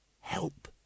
Help